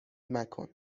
مکن